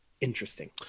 interesting